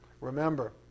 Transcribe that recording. Remember